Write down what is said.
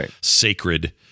sacred